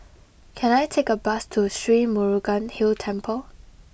can I take a bus to Sri Murugan Hill Temple